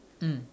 mm